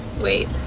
wait